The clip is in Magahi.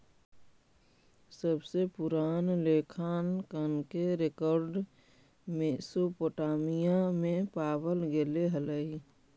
सबसे पूरान लेखांकन के रेकॉर्ड मेसोपोटामिया में पावल गेले हलइ